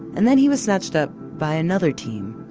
and then he was snatched up by another team,